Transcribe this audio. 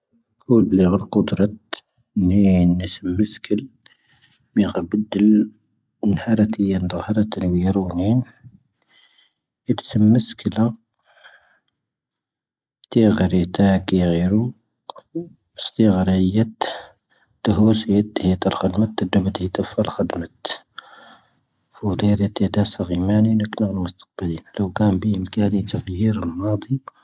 ⴽooⵍ ⵍⵉ'ⴰ ⴳ'ⵔⴽoⴷ ⵔⴰⵜ ⵏ'ⴰ ⵏ'ⴻⵙⵎ ⵎⴻⵙⴽⵉⵍ ⵎⴻ ⴳ'ⴰⴱⴷⵉⵍ ⵓⵏⵀⴰ'ⵔⴰⵜ ⵢⴰⵏⴷ'ⴰ ⵀⴰ'ⵔⴰⵜ ⵔⵉⵏⴳⵉⵔⵓ ⵏ'ⴰ ⵏ'ⴻⵙⵎ ⵎⴻⵙⴽⵉⵍⴰ ⵜ'ⴰ ⴳ'ⵔⵜⴰ ⴳ'ⵢⴰⵔⵓ. ⵙ'ⵜ'ⴰ ⴳ'ⵔⴰⵢⴰⵜ ⵜ'ⴰ ⵀⵡoⵙ ⵢⴰⴷ'ⴰ ⵜ'ⴰ ⵀⵜ'ⴰ ⵍ'ⴽⵀⴰⴷⵎⴰⵜ ⵜ'ⴰ ⴷ'o ⵎⴷ'ⴰ ⵜ'ⴰ ⴼ'ⴰ ⵍ'ⴽⵀⴰⴷⵎⴰⵜ. ⴼ'o ⴷ'ⵢⴰⵔⵉⵜ ⵢⴰⴷ'ⴰ ⵙ'ⴳ'ⵢⴻⵎⴰⵏⵉ ⵏ'ⴰⴽⵏⴰ' ⵏ'o ⵎⵙⵜ'ⵇⴱⴰⴷⵉ. ⵍⵡⴳⴰⵏ ⴱⵉ'ⵎ ⴽⴰⴷⵉ ⵜ'ⴰ ⴳ'ⵢⴰⵔⵓ ⵏ'ⵎⴰⴷⵉ.